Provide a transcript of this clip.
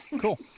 Cool